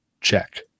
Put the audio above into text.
check